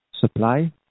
supply